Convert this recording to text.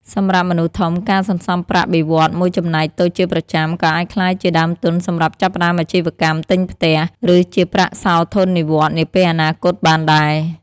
សម្រាប់មនុស្សធំ ការសន្សំប្រាក់បៀវត្សរ៍មួយចំណែកតូចជាប្រចាំ ក៏អាចក្លាយជាដើមទុនសម្រាប់ចាប់ផ្តើមអាជីវកម្ម ទិញផ្ទះ ឬជាប្រាក់សោធននិវត្តន៍នាពេលអនាគតបានដែរ។